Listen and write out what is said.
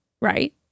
right